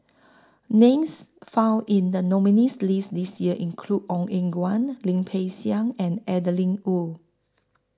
Names found in The nominees' list This Year include Ong Eng Guan Lim Peng Siang and Adeline Ooi